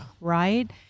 right